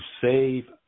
save